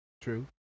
True